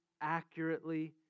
accurately